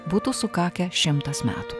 būtų sukakę šimtas metų